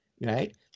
right